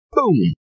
boom